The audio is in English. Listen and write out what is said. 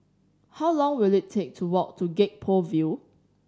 how long will it take to walk to Gek Poh Ville